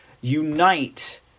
unite